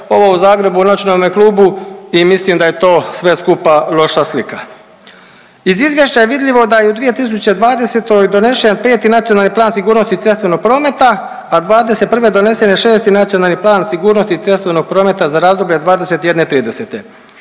ovo u Zagrebu u noćnome klubu i mislim da je to sve skupa loša slika. Iz izvješća je vidljivo da je u 2020. donešen 5. Nacionalni plan sigurnosti cestovnog prometa, a '21. donesen je 6. Nacionalni plan sigurnosti cestovnog prometa za razdoblje od